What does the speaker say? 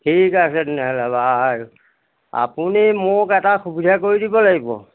ঠিক আছে তেনেহ'লে বাৰু আপুনি মোক এটা সুবিধা কৰি দিব লাগিব